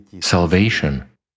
salvation